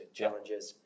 challenges